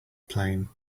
plane